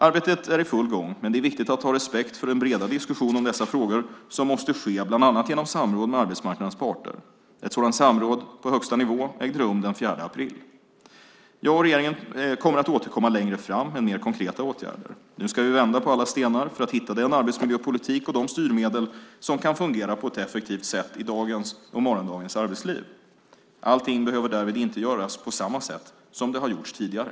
Arbetet är i full gång, men det är viktigt att ha respekt för den breda diskussion om dessa frågor som måste ske bland annat genom samråd med arbetsmarknadens parter. Ett sådant samråd på högsta nivå ägde rum den 4 april. Jag och regeringen kommer att återkomma längre fram med mer konkreta åtgärder. Nu ska vi vända på alla stenar för att hitta den arbetsmiljöpolitik och de styrmedel som kan fungera på ett effektivt sätt i dagens och morgondagens arbetsliv. Allting behöver därvid inte göras på samma sätt som det har gjorts tidigare.